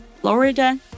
florida